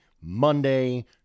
Monday